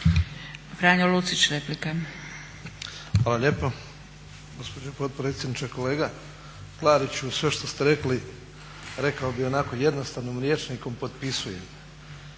Franjo (HDZ)** Hvala lijepo gospođo potpredsjednice. Kolega Klariću sve što ste rekli rekao bih onako jednostavnim rječnikom potpisujem.